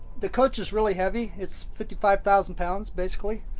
the coach is really heavy. it's fifty five thousand pounds, basically,